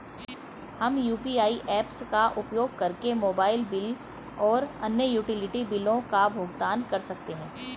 हम UPI apps का उपयोग करके मोबाइल बिल और अन्य यूटिलिटी बिलों का भुगतान कर सकते हैं